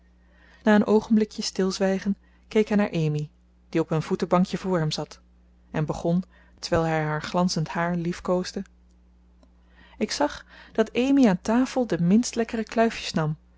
na een oogenblikje stilzwijgen keek hij naar amy die op een voetenbankje voor hem zat en begon terwijl hij haar glanzend haar liefkoosde ik zag dat amy aan tafel de minst lekkere kluifjes nam